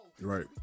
right